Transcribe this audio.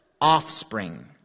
offspring